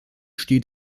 steht